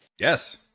Yes